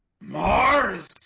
Mars